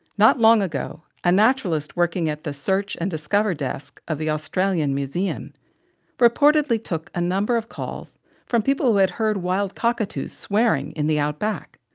not long ago, a naturalist working at the search and discover desk of the australian museum reportedly took a number of calls from people who had heard wild cockatoos swearing in the outback.